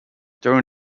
during